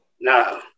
No